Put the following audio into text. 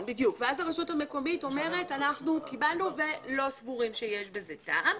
ואז הרשות המקומית אומרת: אנחנו קיבלנו ולא סבורים שיש בזה טעם.